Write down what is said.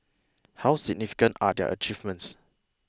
how significant are their achievements